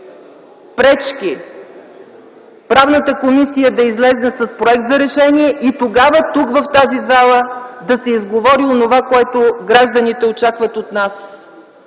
пречки Правната комисия да излезе с проект за решение и тогава тук, в тази зала, да се изговори онова, което гражданите очакват от нас.